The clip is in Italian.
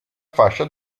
fascia